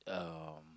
um